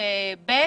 ב'